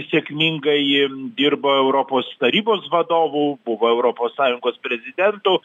sėkmingai dirbo europos tarybos vadovu buvo europos sąjungos prezidentu